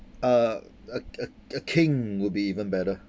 uh uh uh a king will be even better